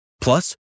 Plus